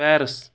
Paris